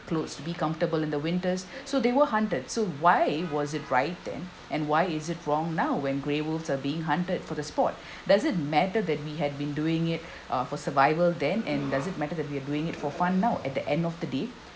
clothes to be comfortable in the winters so they were hunted so why was it right then and why is it wrong now when grey wolves are being hunted for the sport does it matter than we had been doing it uh for survival then and does it matter that we are doing it for fun now at the end of the day